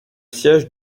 siège